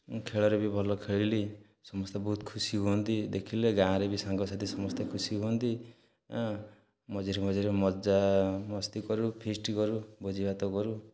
ମୁଁ ଖେଳରେ ବି ଭଲ ଖେଳିଲି ସମସ୍ତେ ବହୁତ ଖୁସି ହୁଅନ୍ତି ଦେଖିଲେ ଗାଁରେ ବି ସାଙ୍ଗସାଥି ସମସ୍ତେ ଖୁସି ହୁଅନ୍ତି ମଝିରେ ମଝିରେ ମଜାମସ୍ତି କରୁ ଫିସ୍ଟ କରୁ ଭୋଜିଭାତ କରୁ